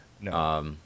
no